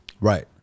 Right